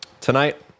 tonight